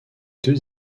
deux